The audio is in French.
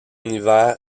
hiver